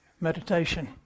Meditation